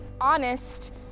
honest